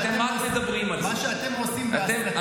מה שאתם עושים בהסתה ובשנאה ובניסיון,